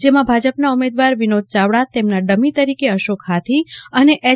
જેમાં ભાજપના ઉમેદવાર વિનોદ ચાવડા તેમના ડમી તરીકે અશોક હાથી અને એચ